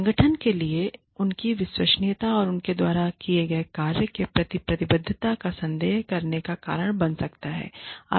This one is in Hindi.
संगठन के लिए उनकी विश्वसनीयता और उनके द्वारा किए गए कार्य के प्रति प्रतिबद्धता पर संदेह करने का कारण बन सकता है